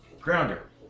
grounder